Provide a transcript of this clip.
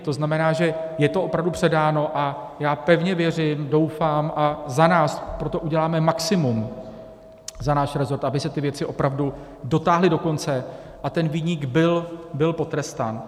To znamená, že je to opravdu předáno, a já pevně věřím, doufám, a za nás pro to uděláme maximum, za náš resort, aby se ty věci opravdu dotáhly do konce a viník byl potrestán.